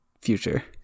future